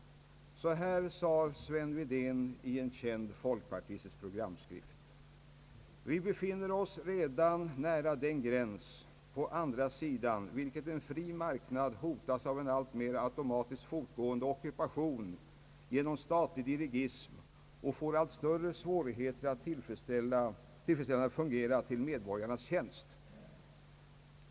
Så här skrev Sven Wedén i en känd folkpartistisk programtidskrift: »Vi befinner oss redan nära den gräns, på andra sidan vilken en fri marknad hotas av en alltmera automatiskt fortgående ockupation genom stat lig dirigism och får allt större svårigheter att tillfredsställande fungera till medborgarnas tjänst.